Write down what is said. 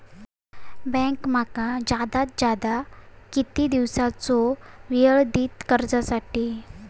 Bank माका जादात जादा किती दिवसाचो येळ देयीत कर्जासाठी?